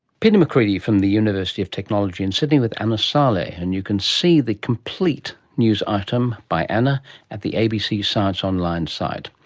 peter macreadie from the university of technology in sydney with anna salleh, and you can see the complete news item by anna at the abc science online site.